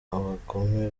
abagome